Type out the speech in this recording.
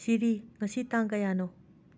ꯁꯤꯔꯤ ꯉꯁꯤ ꯇꯥꯡ ꯀꯥꯌꯥꯅꯣ